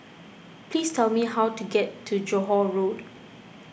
please tell me how to get to Johore Road